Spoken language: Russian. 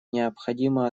необходимо